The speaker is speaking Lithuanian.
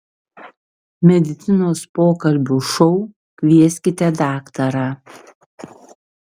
medicinos pokalbių šou kvieskite daktarą